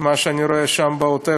מה שאני רואה בעוטף-עזה,